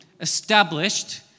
established